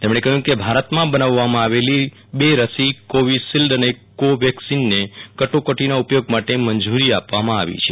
તેમણે કહયું કે ભારતમાં બનાવવામાં આવેલી બે રસી કોવિડશિલ્ડ અને કો વેકિસનને કટોકટીના ઉપયોગ માટે મંજુરી આપવામા આવી છે